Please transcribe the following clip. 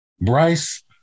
Bryce